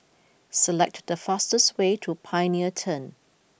select the fastest way to Pioneer Turn